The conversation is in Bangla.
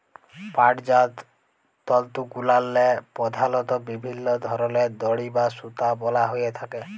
পাটজাত তলতুগুলাল্লে পধালত বিভিল্ল্য ধরলের দড়ি বা সুতা বলা হ্যঁয়ে থ্যাকে